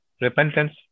repentance